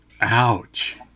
Ouch